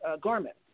garment